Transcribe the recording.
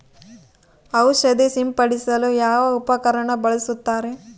ಔಷಧಿ ಸಿಂಪಡಿಸಲು ಯಾವ ಉಪಕರಣ ಬಳಸುತ್ತಾರೆ?